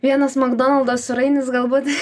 vienas makdonaldo sūrainis galbūt